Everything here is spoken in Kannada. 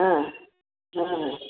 ಹಾಂ ಹಾಂ